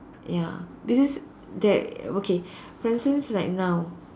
ya because there okay for instance like now